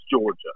Georgia